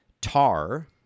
tar